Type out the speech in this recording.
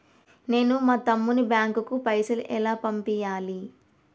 నేను మా తమ్ముని బ్యాంకుకు పైసలు ఎలా పంపియ్యాలి?